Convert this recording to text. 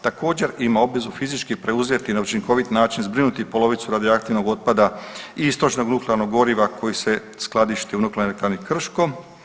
Također ima obvezu fizički preuzeti na učinkovit način, zbrinuti polovicu radioaktivnog otpada i istrošenog nuklearnog goriva koji se skladišti u Nuklearnoj elektrani Krško.